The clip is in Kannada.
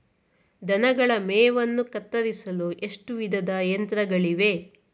ದನಗಳ ಮೇವನ್ನು ಕತ್ತರಿಸಲು ಎಷ್ಟು ವಿಧದ ಯಂತ್ರಗಳಿವೆ?